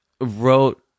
wrote